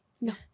no